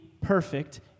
perfect